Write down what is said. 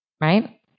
right